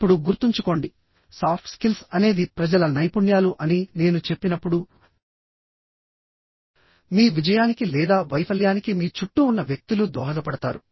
ఇప్పుడు గుర్తుంచుకోండి soft skills అనేది ప్రజల నైపుణ్యాలు అని నేను చెప్పినప్పుడు మీ విజయానికి లేదా వైఫల్యానికి మీ చుట్టూ ఉన్న వ్యక్తులు దోహదపడతారు